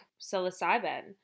psilocybin